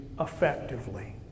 Effectively